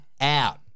out